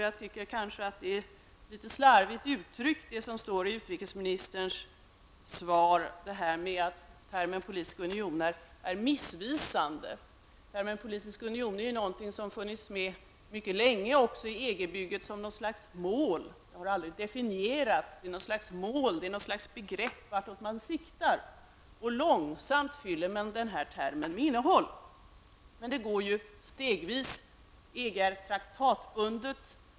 Jag tycker att det är litet slarvigt uttryckt i utrikesministern svar, att termen politisk union är missvisande. Termen politisk union har funnits med mycket länge, även i EG-bygget, som något slags mål. Det har aldrig definierats. Det något slags mål och begrepp som talar om åt vilket håll man siktar. Långsamt fyller man termen med innehåll. Det går stegvis. EG är traktatbundet.